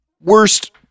worst